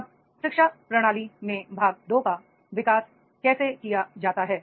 अब शिक्षा प्रणाली में भाग 2 का विकास कैसे किया जाता है